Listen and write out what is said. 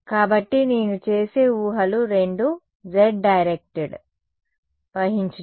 కాబట్టి నేను చేసే ఊహలు రెండూ z డైరెక్ట్డ్ వహించినవి